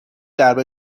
درب